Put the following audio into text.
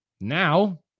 Now